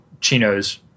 chinos